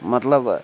مطلب